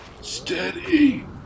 steady